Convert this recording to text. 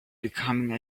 becoming